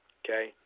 okay